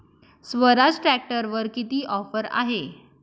स्वराज ट्रॅक्टरवर किती ऑफर आहे?